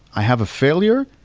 i have a failure,